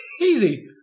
easy